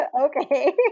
okay